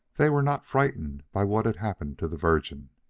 they were not frightened by what had happened to the virgin.